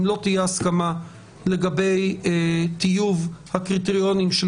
אם לא תהיה הסכמה לגבי טיוב הקריטריונים של